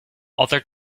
other